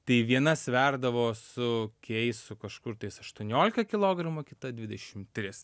tai viena sverdavo su keisu kažkur tais aštuoniolika kilogramų kita dvidešim tris